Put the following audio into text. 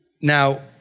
Now